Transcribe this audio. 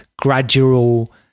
gradual